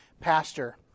pastor